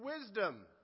wisdom